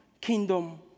kingdom